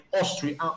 Austria